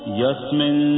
yasmin